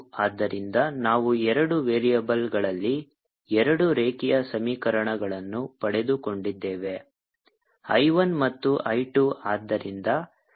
ಆದ್ದರಿಂದ ನಾವು ಎರಡು ವೇರಿಯಬಲ್ಗಳಲ್ಲಿ ಎರಡು ರೇಖೀಯ ಸಮೀಕರಣಗಳನ್ನು ಪಡೆದುಕೊಂಡಿದ್ದೇವೆ I 1 ಮತ್ತು I 2